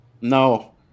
No